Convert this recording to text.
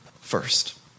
first